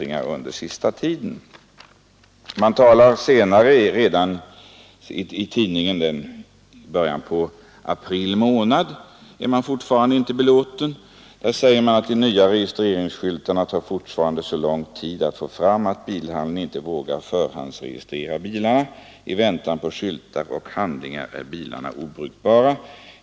Senare, i början på april månad, står det i tidningen Éxpressen att man fortfarande inte är belåten: ”De nya registreringsskyltarna tar fortfarande så lång tid att få fram, att bilhandeln inte vågar förhandsregistrera bilarna. I väntan på skyltar och handlingar är bilarna obrukbara.